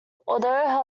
although